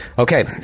Okay